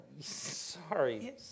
Sorry